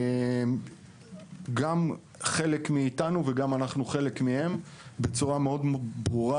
הם חלק מאיתנו וגם אנחנו חלק מהם בצורה מאוד ברורה.